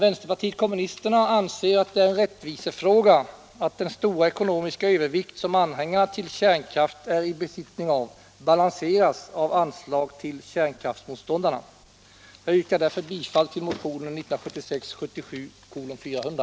Vänterpartiet kommunisterna anser att det är en rättvisefråga att den stora ekonomiska övervikt som anhängarna till kärnkraft är i besittning av balanseras av anslag till kärnkraftsmotståndarna. Jag yrkar därför bifall till motionen 1976/77:400.